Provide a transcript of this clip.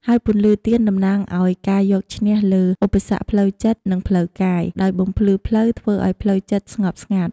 ហើយពន្លឺទៀនតំណាងឲ្យការយកឈ្នះលើឧបសគ្គផ្លូវចិត្ត និងផ្លូវកាយ ដោយបំភ្លឺផ្លូវ ធ្វើឲ្យផ្លូវចិត្តស្ងប់ស្ងាត់។